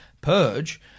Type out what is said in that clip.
purge